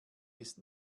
ist